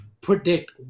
predict